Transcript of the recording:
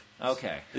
Okay